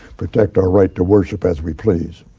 protect our right to worship as we please.